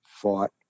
fought